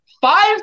five